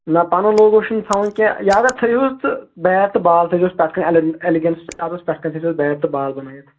نہ پَنُن لوگو چھُنہٕ تھاوُن کیٚنہہ یا اگر تھٲیوُس تہٕ بیٹ تہٕ بال تھٲیزیوس پٮ۪ٹھٕ کَنۍ اٮ۪لَن اٮ۪لِگینٕس پٮ۪ٹھٕ کٔنۍ تھٲیزیوس بیٹ تہٕ بال بنٲیِتھ